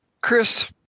Chris